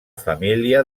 família